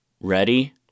ready